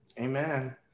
amen